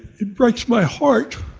it breaks my heart.